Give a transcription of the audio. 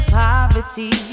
poverty